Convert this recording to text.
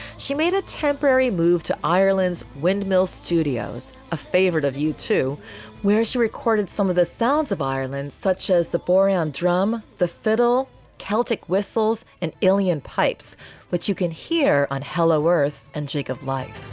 she made a temporary move to ireland's windmill studios a favorite of you to where she recorded some of the sounds of ireland such as the boron drum the fiddle celtic whistles and alien pipes but you can hear on hello earth and cheek of life